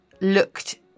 looked